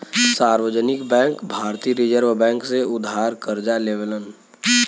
सार्वजनिक बैंक भारतीय reserve bank से उधार करजा लेवलन